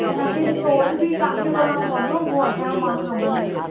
पर तव्हां खे टोल बि तव्हां खे भरिणो पवंदो उहो असां जो माण्हूं न भरंदव